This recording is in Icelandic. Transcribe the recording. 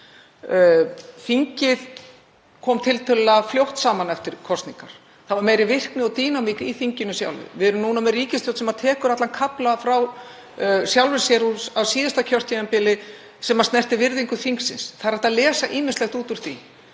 Þingið kom tiltölulega fljótt saman eftir kosningar. Það var meiri virkni og dínamík í þinginu sjálfu. Við erum núna með ríkisstjórn sem tekur allan kaflann frá sjálfri sér á síðasta kjörtímabili sem snertir virðingu þingsins. Það er hægt að lesa ýmislegt út úr því.